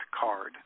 card